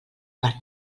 per